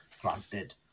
granted